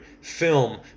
film